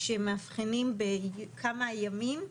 שמאבחנים בכמה ימים,